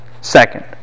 second